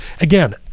Again